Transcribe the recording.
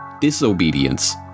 Disobedience